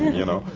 you know.